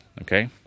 okay